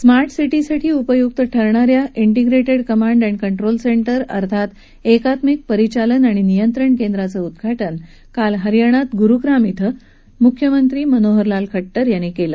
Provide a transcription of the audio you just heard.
smart सिटीसाठी उपयुक्त ठरणा या integrated command and control centre अर्थात एकात्मिक परिचालन आणि नियंत्रण केंद्राचं उद्धाटन काल हरियाणात ग्रुगारम इथं म्ख्यमंत्री मनोहरलाल खट्टर यांनी केलं